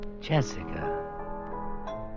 Jessica